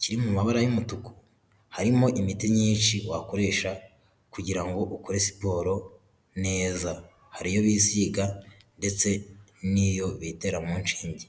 kiri mu mabara y'umutuku harimo imiti myinshi wakoresha kugira ngo ukore siporo neza, hari iyo bisiga ndetse n'iyo bitera mu nshinge.